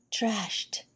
trashed